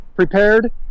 prepared